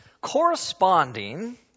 Corresponding